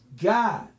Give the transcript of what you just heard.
God